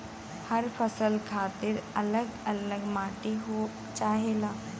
हर फसल खातिर अल्लग अल्लग माटी चाहेला